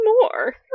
more